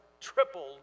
tripled